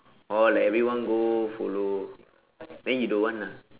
oh like everyone go follow then you don't want ah